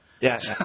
Yes